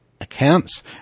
Accounts